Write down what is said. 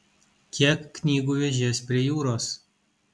kiek knygų vežies prie jūros